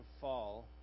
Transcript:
fall